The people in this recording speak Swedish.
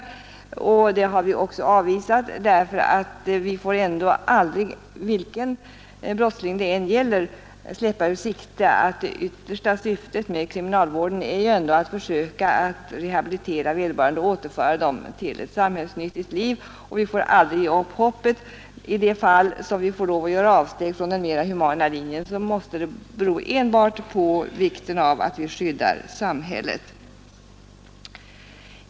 Det förslaget har vi också avvisat, därför att vi får aldrig, vilken brottsling det än gäller, släppa ur sikte att det yttersta syftet med kriminalvården ju ändå är att försöka rehabilitera vederbörande och återföra honom till samhällsnyttigt liv, och vi får aldrig ge upp hoppet i detta avseende. I de fall vi får lov att göra avsteg från den mera humana linjen måste det bero enbart på vikten av att vi skyddar samhället.